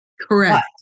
Correct